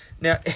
Now